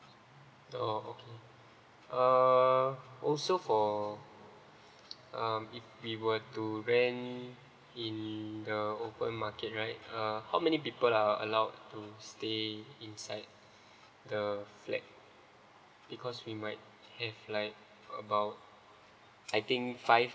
oh okay uh also for um if we want to rent in the open market right uh how many people are allowed to stay inside the flat because we might have like about I think five